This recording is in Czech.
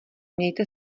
mějte